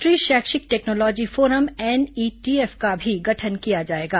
राष्ट्रीय शैक्षिक technology forum NETF का भी गठन किया जाएगा